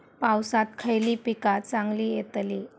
पावसात खयली पीका चांगली येतली?